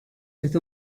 with